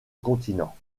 continents